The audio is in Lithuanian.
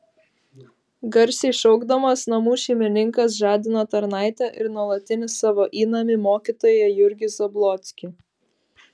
garsiai šaukdamas namų šeimininkas žadino tarnaitę ir nuolatinį savo įnamį mokytoją jurgį zablockį